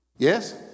Yes